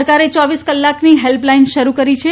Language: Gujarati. સરકારે ચોવીસ કલાકની હેલ્પલાઈન શરૂ કરી છે